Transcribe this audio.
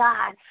God